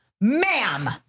ma'am